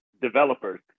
developers